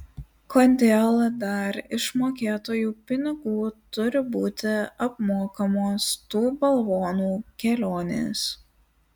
kodėl dar iš mokėtojų pinigų turi būti apmokamos tų balvonų kelionės